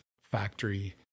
factory